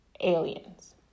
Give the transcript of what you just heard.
aliens